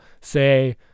say